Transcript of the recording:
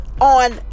on